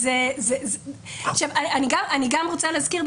אני גם רוצה להזכיר,